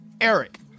Eric